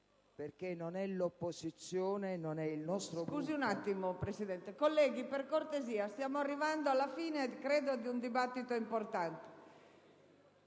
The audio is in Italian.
perché non è l'opposizione, non è il nostro Gruppo...